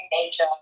nature